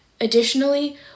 Additionally